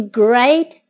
great